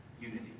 unity